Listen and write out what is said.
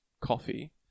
coffee